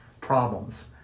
problems